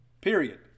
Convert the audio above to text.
Period